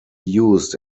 used